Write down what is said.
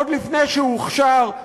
עוד לפני שהוא הוכשר,